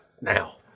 now